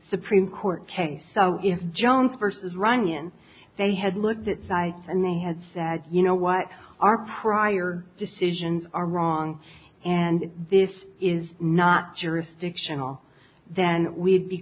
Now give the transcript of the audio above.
supreme court case jones versus runyan they had looked at psi and they had said you know what our prior decisions are wrong and this is not jurisdictional then we'd be